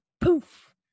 poof